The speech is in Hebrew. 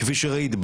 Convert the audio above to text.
כפי שראית,